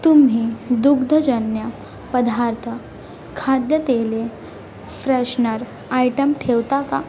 तुम्ही दुग्धजन्य पदार्थ खाद्यतेले फ्रेशनर आयटम ठेवता का